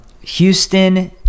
Houston